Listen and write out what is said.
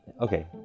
okay